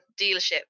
dealership